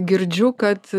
girdžiu kad